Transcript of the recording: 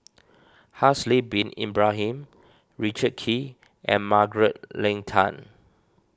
Haslir Bin Ibrahim Richard Kee and Margaret Leng Tan